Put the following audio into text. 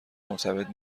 مرتبط